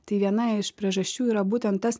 tai viena iš priežasčių yra būtent tas